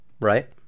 Right